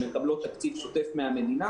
שמקבלות תקציב שוטף מהמדינה